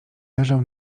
leżał